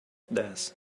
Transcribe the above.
death